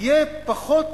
יהיה פחות